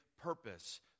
purpose